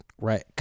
right